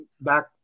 back